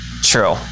True